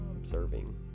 observing